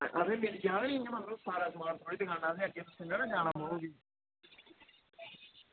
इंया मिली जाह्ग ना सारा सामान इंया असें होर कुदै नना जाना पौग